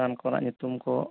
ᱨᱟᱱ ᱠᱚᱨᱮᱱᱟᱜ ᱧᱩᱛᱩᱢ ᱠᱚ